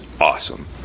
awesome